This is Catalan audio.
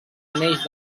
anells